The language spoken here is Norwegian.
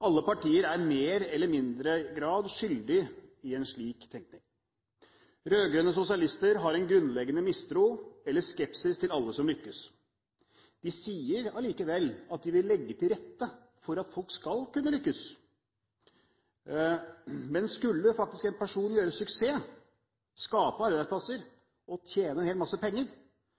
Alle partier er i mer eller mindre grad skyldige i en slik tenkning. Rød-grønne sosialister har en grunnleggende mistro eller skepsis til alle som lykkes. De sier allikevel at de vil legge til rette for at folk skal kunne lykkes. Men skulle en person faktisk gjøre suksess, skape arbeidsplasser og tjene en hel masse penger,